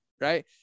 right